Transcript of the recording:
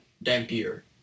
Dampier